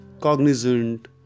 Cognizant